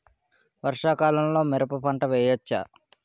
వర్షాకాలంలో మిరప పంట వేయవచ్చా?